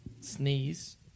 Sneeze